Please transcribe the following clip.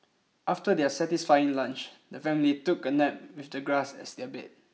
after their satisfying lunch the family took a nap with the grass as their bed